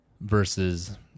versus